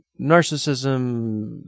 narcissism